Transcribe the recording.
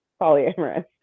polyamorous